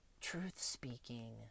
truth-speaking